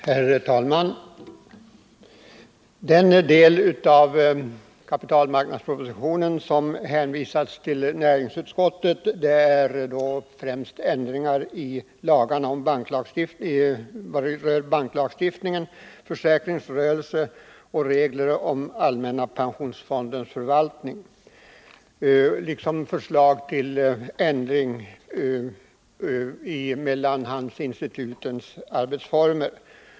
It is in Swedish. Herr talman! Den del av kapitalmarknadspropositionen som har hänvisats till näringsutskottet gäller främst ändringar i banklagstiftningen, lagen om försäkringsrörelse och reglerna om allmänna pensionsfondens förvaltning liksom förslag till ändringar i mellanhandsinstitutens arbetsformer.